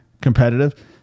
competitive